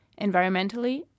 environmentally